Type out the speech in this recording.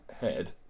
head